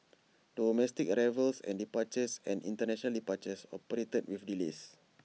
domestic arrivals and departures and International departures operated with delays